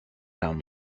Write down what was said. town